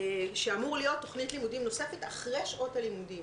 שאמור להיות תוכנית לימודים נוספת אחרי שעות הלימודים.